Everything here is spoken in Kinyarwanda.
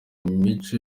imico